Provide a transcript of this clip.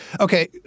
Okay